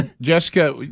jessica